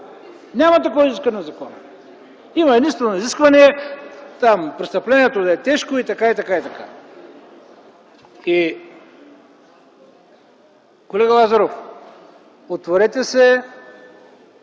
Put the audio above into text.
Няма такова изискване на закона. Има единствено изискване престъплението да е тежко и така, и така, и така. Колега Лазаров, отворете се